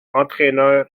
entraîneur